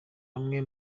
bamwe